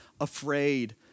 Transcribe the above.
afraid